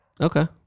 Okay